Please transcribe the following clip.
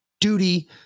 duty